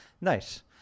nice